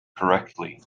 correctly